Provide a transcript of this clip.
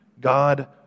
God